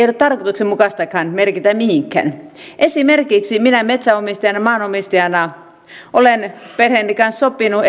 tarkoituksenmukaistakaan merkitä mihinkään esimerkiksi minä metsänomistajana ja maanomistajana olen perheeni kanssa sopinut